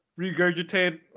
regurgitate